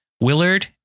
Willard